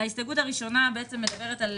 ההסתייגות הראשונה בעצם מדברת על